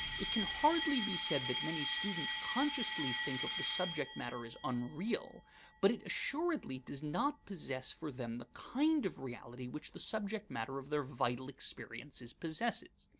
it can hardly be said that many students consciously think of the subject matter as unreal but it assuredly does not possess for them the kind of reality which the subject matter of their vital experiences possesses.